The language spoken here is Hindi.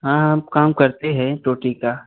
हाँ हम काम करते हैं टोंटी का